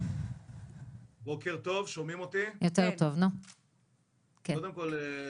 קודם כול,